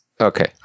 okay